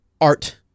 art